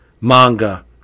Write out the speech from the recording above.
manga